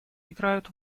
играют